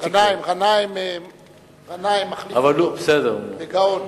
גנאים מחליף אותו בגאון.